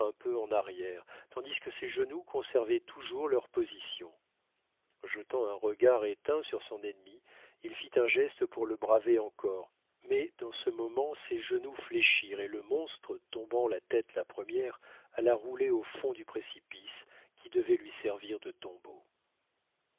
un peu en arrière tandis que ses genoux conservaient toujours leur position jetant un regard éteint sur son ennemi il fit un geste pour le braver encore mais dans ce moment ses genoux fléchirent et le monstre tombant la tête la première alla rouler au fond du précipice qui devait lui servir de tombeau